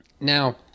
Now